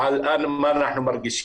ועל מה אנחנו מרגישים.